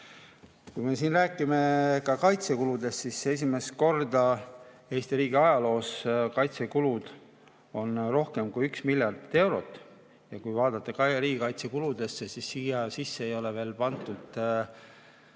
Kui me räägime kaitsekuludest, siis esimest korda Eesti riigi ajaloos on kaitsekulud rohkem kui 1 miljard eurot ja kui vaadata riigikaitsekulusid, siis siia sisse ei ole veel pandud radareid,